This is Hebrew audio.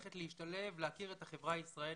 להכיר את החברה הישראלית,